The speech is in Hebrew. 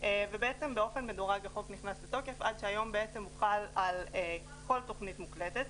ובעצם באופן מדורג החוק נכנס לתוקף עד שהיום הוא חל על כל תכנית מוקלטת,